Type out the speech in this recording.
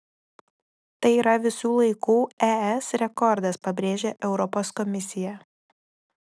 tai yra visų laikų es rekordas pabrėžia europos komisija